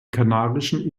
kanarischen